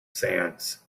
sands